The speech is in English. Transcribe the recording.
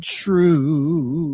true